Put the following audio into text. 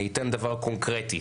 אני אתן דבר קונקרטי,